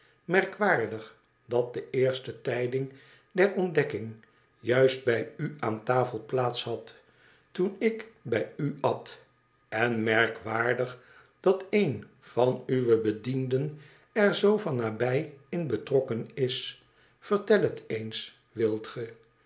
merkwaardig dat de eerste tijding der ontdekking juist bij u aan tafel plaats had toen ik bij u at en merkwaardig dat een van uwe bedienden er zoo van nabij in betrokken is vertel het eens wilt ge